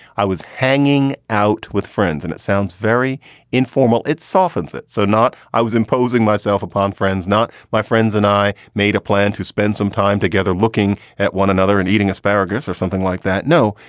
i was hanging out with friends and it sounds very informal. it softens it. so not i was imposing myself upon friends, not by friends. and i made a plan to spend some time together looking at one another and eating asparagus or something like that. no,